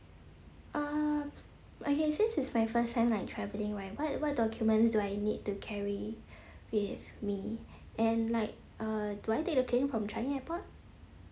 uh okay since this is my first time like travelling right like what what documents do I need to carry with me and like uh do I take the plane from changi airport